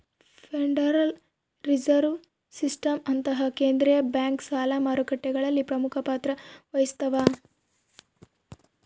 federal reserve ಸಿಸ್ಟಮ್ನಂತಹ ಕೇಂದ್ರೀಯ bank ಸಾಲ ಮಾರುಕಟ್ಟೆಗಳಲ್ಲಿ ಪ್ರಮುಖ ಪಾತ್ರ ವಹಿಸ್ತವ